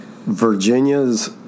Virginia's